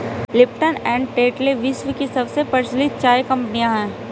Lipton and Tetley विश्व की सबसे प्रचलित चाय कंपनियां है